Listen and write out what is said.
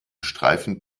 streifen